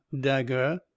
dagger